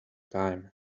time